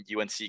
UNC